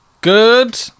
Good